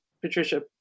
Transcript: Patricia